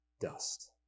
dust